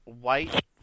White